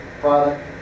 product